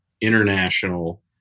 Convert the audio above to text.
international